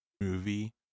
movie